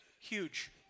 Huge